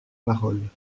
parole